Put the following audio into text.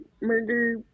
murder